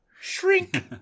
Shrink